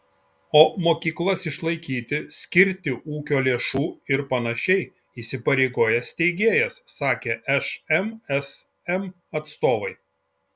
o mokyklas išlaikyti skirti ūkio lėšų ir panašiai įsipareigoja steigėjas sakė šmsm atstovai